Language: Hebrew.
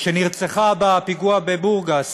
שנרצחה בפיגוע בבורגס